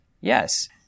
Yes